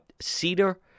Cedar